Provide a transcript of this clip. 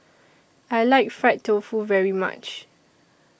I like Fried Tofu very much